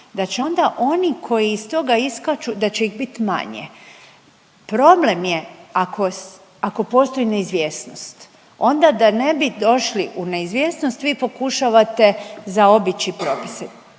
da će onda oni koji iz toga iskaču da će ih bit manje. Problem je ako, ako postoji neizvjesnost, onda da ne bi došli u neizvjesnost vi pokušavate zaobići propise.